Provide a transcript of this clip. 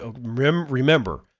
remember